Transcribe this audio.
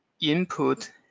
input